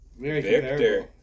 Victor